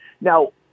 Now